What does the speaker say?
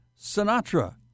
Sinatra